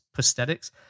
prosthetics